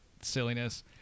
silliness